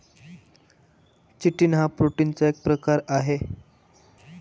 chitin हा प्रोटीनचा एक प्रकार आहे